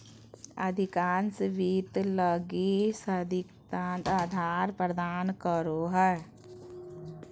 अधिकांश वित्त लगी सैद्धांतिक आधार प्रदान करो हइ